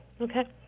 okay